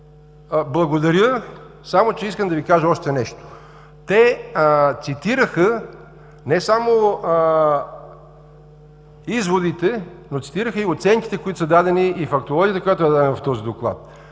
мен, благодаря, само че искам да Ви кажа още нещо. Те цитираха не само изводите, но цитираха и оценките, които са дадени, и фактологията, която е дадена в този доклад.